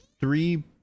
three